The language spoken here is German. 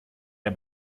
der